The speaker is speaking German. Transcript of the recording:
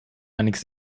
einiges